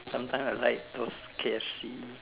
sometimes I like those K_F_C